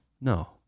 No